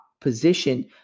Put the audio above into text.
position